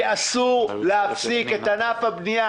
כי אסור להפסיק את ענף הבנייה.